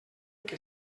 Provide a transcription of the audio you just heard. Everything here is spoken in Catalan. que